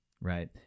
Right